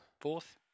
Fourth